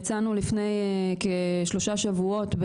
יצאנו לפני כשלושה שבועות,